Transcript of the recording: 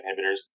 inhibitors